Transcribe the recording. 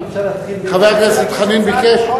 חבר הכנסת חנין ביקש.